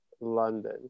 London